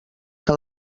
que